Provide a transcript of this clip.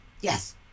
Yes